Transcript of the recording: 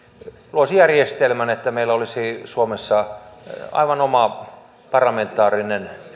loisi järjestelmän että meillä olisi suomessa aivan oma parlamentaarinen